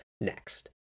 next